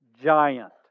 giant